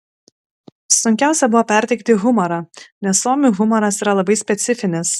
sunkiausia buvo perteikti humorą nes suomių humoras yra labai specifinis